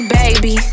baby